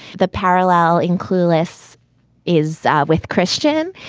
the parallel in clueless is with christian.